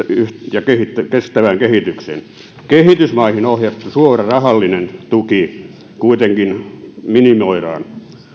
ja kestävään kehitykseen kehitysmaihin ohjattu suora rahallinen tuki kuitenkin minimoidaan